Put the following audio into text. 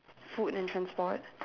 food and transport